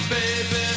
Baby